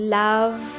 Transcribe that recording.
love